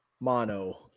mono